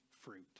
fruit